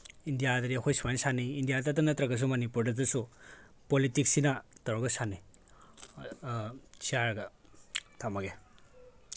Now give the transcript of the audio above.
ꯏꯟꯗꯤꯌꯥꯗꯗꯤ ꯑꯩꯈꯣꯏ ꯁꯨꯃꯥꯏꯅ ꯁꯥꯟꯅꯩ ꯏꯟꯗꯤꯌꯥꯗꯇ ꯅꯠꯇ꯭ꯔꯒꯁꯨ ꯃꯅꯤꯄꯨꯔꯗꯇꯁꯨ ꯄꯣꯂꯤꯇꯤꯛꯁꯁꯤꯅ ꯇꯧꯔꯒ ꯁꯥꯟꯅꯩ ꯁꯤ ꯍꯥꯏꯔꯒ ꯊꯝꯃꯒꯦ